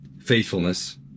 faithfulness